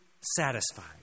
satisfied